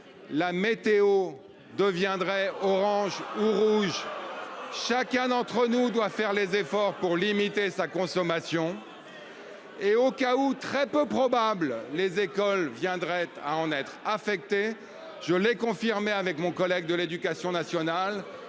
la météo deviendrait orange ou rouge. Chacun d'entre nous doit faire les efforts pour limiter sa consommation. Et au cas où très peu probable, les écoles viendrait à en être affecté. Je l'ai confirmé avec mon collègue de l'Éducation nationale.